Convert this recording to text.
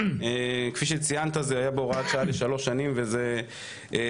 כפי שציינת זה היה בהוראת שעה לשלוש שנים וזה פקע.